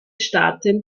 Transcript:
staaten